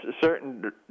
certain